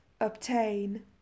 obtain